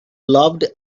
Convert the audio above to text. loved